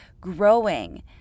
growing